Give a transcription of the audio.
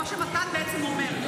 מה שמתן בעצם אומר,